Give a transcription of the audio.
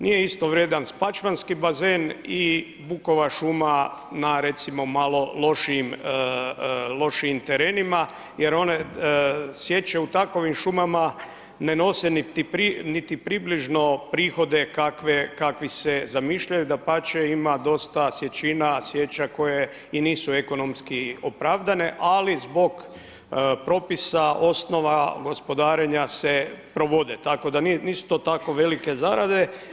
Nije isto vrijedan spačvanski bazen i bukova šuma na recimo malo lošiji terenima jer one sječe u takvim šumama ne nose niti približno prihode kakvi se zamišljaju, dapače ima dosta sječe koje i nisu ekonomski opravdane ali zbog propisa osnova gospodarenja se provode tako da nisu to tako velike zarade.